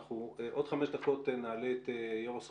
בעוד חמש דקות נעלה את יושב ראש הסוכנות,